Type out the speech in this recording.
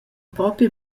propi